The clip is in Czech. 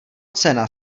cena